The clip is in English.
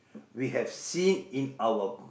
we have seen in our